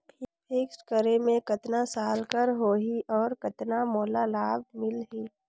Fixed करे मे कतना साल कर हो ही और कतना मोला लाभ मिल ही?